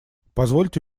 позвольте